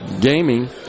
gaming